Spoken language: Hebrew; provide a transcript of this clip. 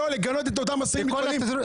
לא, לגנות את אותם אסירים ביטחוניים.